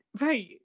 right